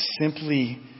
simply